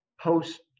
post